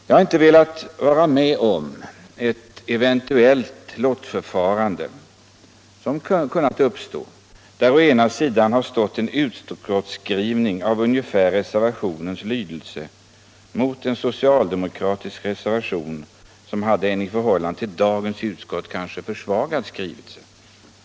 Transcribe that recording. Jag har inte velat vara med om något lottförfarande, som eventuellt hade kunnat uppstå, och där det på ena sidan hade funnits en utskottsskrivning av ungefär reservationernas lydelse och på andra sidan en socialdemokratisk reservation med en i förhållande till dagens utskottsskrivning kanske försvagad lydelse.